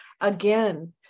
again